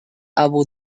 abu